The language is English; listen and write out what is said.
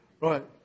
Right